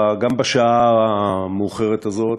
גם בשעה המאוחרת הזאת,